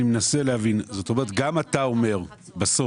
אני מנסה להבין, זאת אומרת גם אתה אומר בסוף,